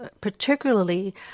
particularly